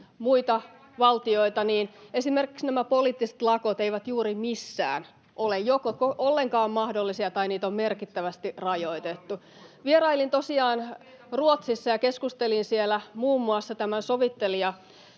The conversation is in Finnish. muita valtioita, niin esimerkiksi nämä poliittiset lakot eivät juuri missään ole joko ollenkaan mahdollisia tai niitä on merkittävästi rajoitettu. Vierailin tosiaan Ruotsissa ja keskustelin siellä muun muassa tämän sovittelijatoimiston